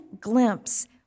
glimpse